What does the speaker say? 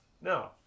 No